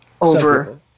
over